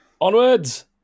onwards